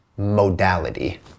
modality